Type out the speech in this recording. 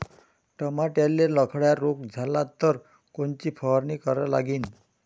टमाट्याले लखड्या रोग झाला तर कोनची फवारणी करा लागीन?